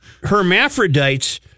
hermaphrodites